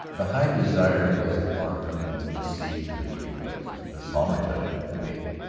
the high desire was upon her to accede to his request her calmer judgment forbade it.